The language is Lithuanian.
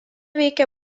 veikė